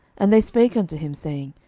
and they spake unto him, saying,